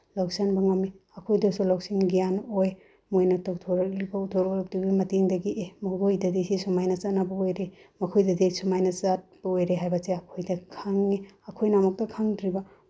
ꯂꯧꯁꯤꯟꯕ ꯉꯝꯃꯤ ꯑꯩꯈꯣꯏꯗꯁꯨ ꯂꯧꯁꯤꯡ ꯒ꯭ꯌꯥꯟ ꯑꯣꯏ ꯃꯣꯏꯅ ꯇꯧꯊꯣꯔꯛꯂꯤꯕ ꯎꯠꯊꯣꯛꯂꯤꯗꯨꯒꯤ ꯃꯇꯦꯡꯗꯒꯤ ꯑꯦ ꯃꯈꯣꯏꯗꯗꯤ ꯁꯤ ꯁꯨꯃꯥꯏꯅ ꯆꯠꯅꯕ ꯑꯣꯏꯔꯦ ꯃꯈꯣꯏꯗꯗꯤ ꯁꯨꯃꯥꯏꯅ ꯆꯠꯄ ꯑꯣꯏꯔꯦ ꯍꯥꯏꯕꯁꯦ ꯑꯩꯈꯣꯏꯗ ꯈꯪꯉꯤ ꯑꯩꯈꯣꯏꯅ ꯑꯃꯨꯛꯇ ꯈꯪꯗ꯭ꯔꯤꯕ